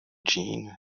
jean